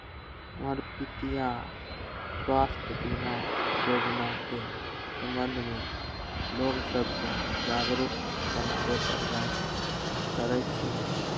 हमर पितीया स्वास्थ्य बीमा जोजना के संबंध में लोग सभके जागरूक बनाबे प्रयास करइ छिन्ह